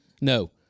No